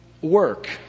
work